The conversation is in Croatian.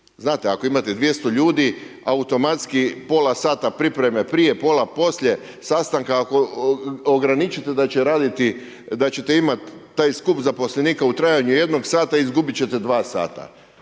Znate, ako imate 200 ljudi automatski pola sata pripreme prije, pola poslije sastanka, ako ograničite da će raditi, da ćete imati taj skup zaposlenika u trajanju jednog sata izgubiti ćete dva sata.